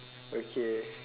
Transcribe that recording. okay